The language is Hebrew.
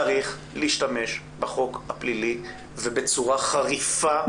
צריך להשתמש בחוק הפלילי ובצורה חריפה.